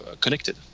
connected